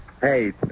Hey